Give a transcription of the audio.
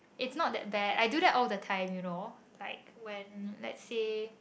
it's not that bad I do that all the time you know like when let's say